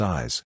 Size